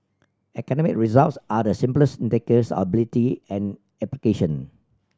academic results are the simplest indicators ability and application